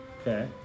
Okay